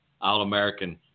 All-American